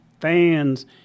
Fans